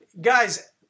guys